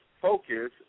Focus